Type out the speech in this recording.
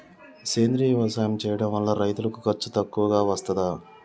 సేంద్రీయ వ్యవసాయం చేయడం వల్ల రైతులకు ఖర్చు తక్కువగా వస్తదా?